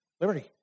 Liberty